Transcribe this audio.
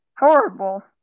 horrible